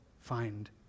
find